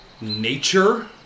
nature